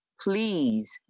Please